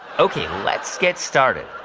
ok, let's get started.